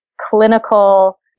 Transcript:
clinical